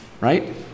right